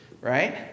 right